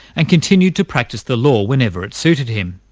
and continued to practice the law whenever it suited him.